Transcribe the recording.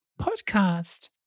podcast